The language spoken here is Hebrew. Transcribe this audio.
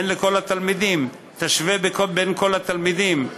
תן לכל התלמידים, תשווה בין כל התלמידים.